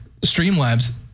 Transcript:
Streamlabs